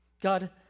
God